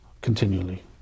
continually